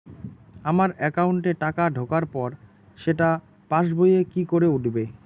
আমার একাউন্টে টাকা ঢোকার পর সেটা পাসবইয়ে কি করে উঠবে?